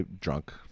Drunk